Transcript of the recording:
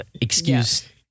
excuse